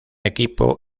equipo